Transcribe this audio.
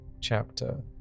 chapter